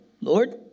Lord